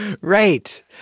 Right